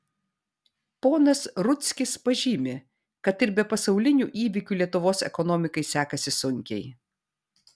ponas rudzkis pažymi kad ir be pasaulinių įvykių lietuvos ekonomikai sekasi sunkiai